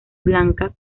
blanca